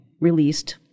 released